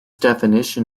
definition